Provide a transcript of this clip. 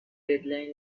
deadline